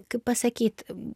kaip pasakyt